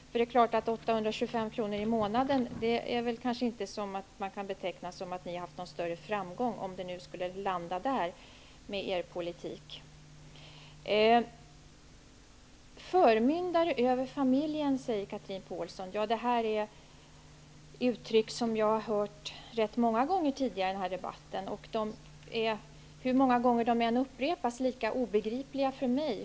Om beslutet landar på 825 kr. i månaden kan man kanske inte säga att ni har haft någon större framgång med er politik. Chatrine Pålsson talar om ''förmyndare över familjen''. Det är ett uttryck som jag har hört rätt många gånger tidigare i den här debatten. Hur många gånger uttrycket än upprepas är det lika obegripligt för mig.